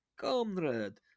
Comrade